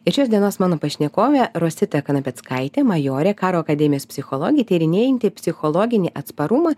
ir šios dienos mano pašnekovė rosita kanapeckaitė majorė karo akademijos psichologė tyrinėjanti psichologinį atsparumą